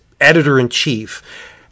editor-in-chief